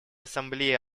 ассамблеи